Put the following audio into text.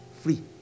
free